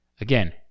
Again